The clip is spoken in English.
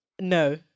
no